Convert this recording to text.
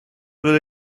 wil